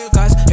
Cause